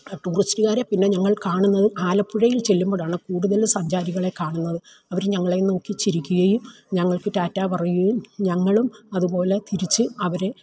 ടൂറിസ്റ്റ്കാരെ പിന്നെ ഞങ്ങൾ കാണുന്നത് ആലപ്പുഴയിൽ ചെല്ലുമ്പൊഴാണ് കൂടുതല് സഞ്ചാരികളെ കാണുന്നത് അവര് ഞങ്ങളെ നോക്കി ചിരിക്കുകയും ഞങ്ങൾക്ക് റ്റാറ്റാ പറയുകയും ഞങ്ങളും അതുപോലെ തിരിച്ച് അവരെ